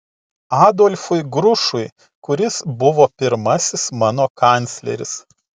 adolfui grušui kuris buvo pirmasis mano kancleris